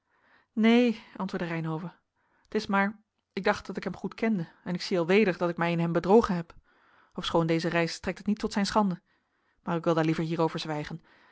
neen antwoordde reynhove t is maar ik dacht dat ik hem goed kende en ik zie alweder dat ik mij in hem bedrogen heb ofschoon deze reis strekt het niet tot zijn schande maar ik wil daar liever hier over zwijgen